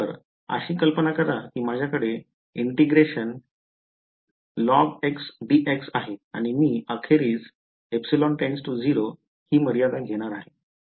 तर अशी कल्पना करा की माझ्याकडे आहे आणि मी अखेरीस ε → 0 ही मर्यादा घेणार आहे